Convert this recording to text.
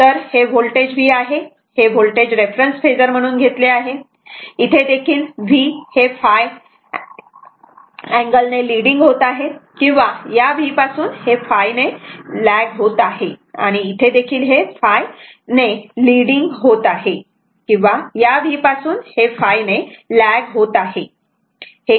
तर हे voltage V आहे आणि हे व्होल्टेज रेफरन्स फेजर म्हणून घेतले आहे इथे देखील हे v ϕ ने लीडिंग होत आहे किंवा या V पासून हे ϕ ने होत आहे आणि इथे देखील हे हे v ϕ ने रीडिंग होत आहे किंवा या V पासून हे ϕ ने लॅग होत आहे